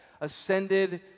ascended